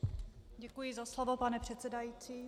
Děkuji za slovo, pane předsedající.